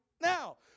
now